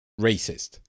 racist